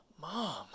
Mom